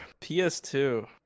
PS2